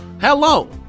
Hello